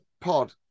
pod